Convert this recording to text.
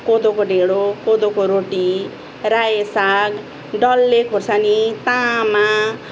कोदोको ढेँडो कोदोको रोटी रायो साग डल्ले खोर्सानी ताँमा